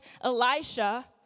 Elisha